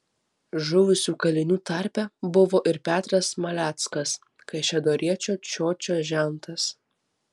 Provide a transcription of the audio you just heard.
žuvusių kalinių tarpe buvo ir petras maleckas kaišiadoriečio čiočio žentas